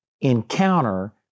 encounter